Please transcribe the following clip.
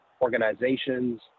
organizations